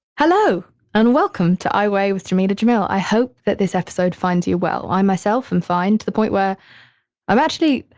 hello and welcome to i weigh with jameela jamil. i hope that this episode finds you well. i myself am fine to the point where i'm actually,